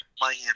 Miami